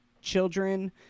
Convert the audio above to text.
children